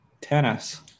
Tennis